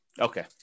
Okay